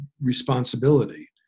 responsibility